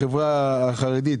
בחברה החרדית